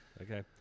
Okay